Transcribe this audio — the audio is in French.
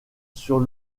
sur